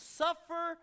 suffer